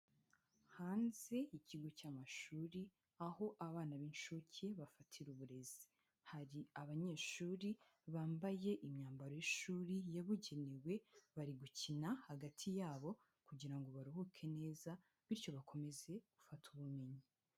Hanze ikigo cy'amashuri aho abana b'inshuke bafatira uburezi, hari abanyeshuri bambaye imyambaro y'ishuri yabugenewe, bari gukina hagati yabo kugira ngo baruhuke neza bityo bakomeze gufata ubumenyi.